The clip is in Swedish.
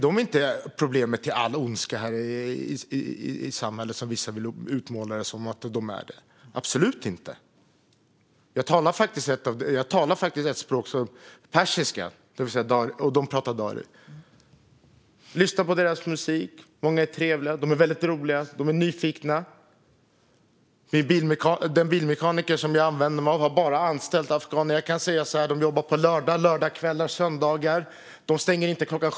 De är inte orsaken till all ondska och alla problem här i samhället, som vissa vill utmåla det som. Absolut inte! Jag talar ett språk, persiska, det vill säga dari. Och de pratar dari. Jag lyssnar på deras musik. Många är trevliga. De är väldigt roliga, och de är nyfikna. Den bilmekaniker som jag använder mig av har bara anställt afghaner. Jag kan säga att de jobbar på lördagskvällar och på söndagar. De stänger inte kl.